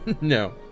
No